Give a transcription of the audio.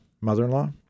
mother-in-law